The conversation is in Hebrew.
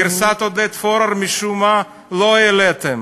ואת גרסת עודד פורר משום מה לא העליתם.